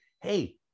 hey